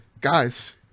guys